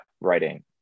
writing